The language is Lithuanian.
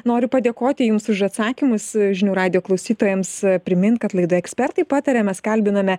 noriu padėkoti jums už atsakymus žinių radijo klausytojams primint kad laida ekspertai pataria mes kalbiname